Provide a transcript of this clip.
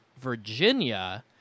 Virginia